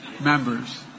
members